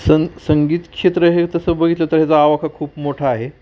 संन संगीत क्षेत्र हे तसं बघितलं तर याचा आवाका खूप मोठा आहे